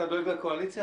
אתה דואג לקואליציה?